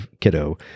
kiddo